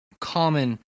common